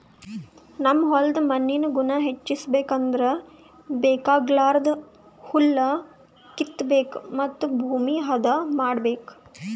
ನಮ್ ಹೋಲ್ದ್ ಮಣ್ಣಿಂದ್ ಗುಣ ಹೆಚಸ್ಬೇಕ್ ಅಂದ್ರ ಬೇಕಾಗಲಾರ್ದ್ ಹುಲ್ಲ ಕಿತ್ತಬೇಕ್ ಮತ್ತ್ ಭೂಮಿ ಹದ ಮಾಡ್ಬೇಕ್